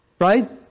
Right